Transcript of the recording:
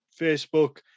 Facebook